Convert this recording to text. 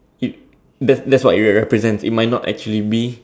it that that's what it represents it might not actually be